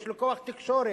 יש לו כוח תקשורת,